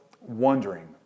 wondering